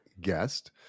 guest